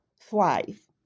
thrive